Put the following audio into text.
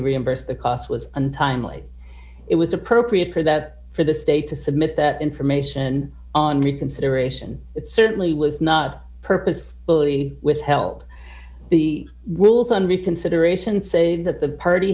reimbursed the cost was untimely it was appropriate for that for the state to submit that information on reconsideration it certainly was not purpose fully withheld the wills on reconsideration say that the party